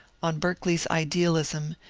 on berkeley's idealism,